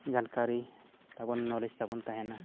ᱡᱟᱱᱠᱟᱨᱤ ᱛᱟᱵᱚᱱ ᱱᱚᱞᱮᱡᱽ ᱛᱟᱵᱚᱱ ᱛᱟᱦᱮᱱᱟ